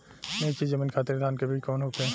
नीची जमीन खातिर धान के बीज कौन होखे?